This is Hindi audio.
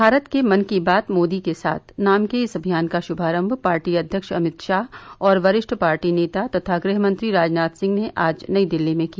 भारत के मन की बात मोदी के साथ नाम के इस अभियान का शुभारम्भ पार्टी अध्यक्ष अभित शाह और वरिष्ठ पार्टी नेता तथा गृहमंत्री राजनाथ सिंह ने आज नई दिल्ली में किया